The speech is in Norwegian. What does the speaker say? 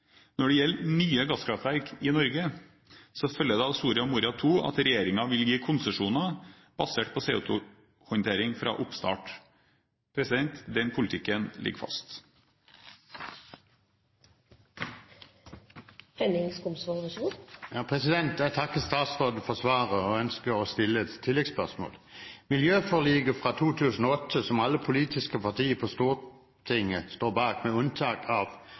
Når det gjelder nye gasskraftverk i Norge, følger det av Soria Moria II at regjeringen vil gi konsesjoner basert på CO2-håndtering fra oppstart. Den politikken ligger fast. Jeg takker statsråden for svaret, og ønsker å stille et tilleggsspørsmål. Miljøforliket fra 2008, som alle politiske partier på Stortinget, med unntak av